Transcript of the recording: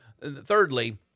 thirdly